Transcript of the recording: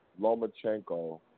Lomachenko